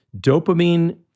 dopamine